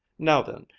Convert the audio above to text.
now then,